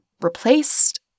replaced